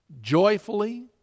joyfully